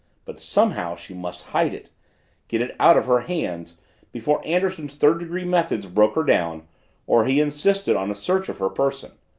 but, somehow, she must hide it get it out of her hands before anderson's third-degree methods broke her down or he insisted on a search of her person.